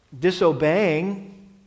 disobeying